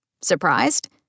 Surprised